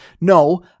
no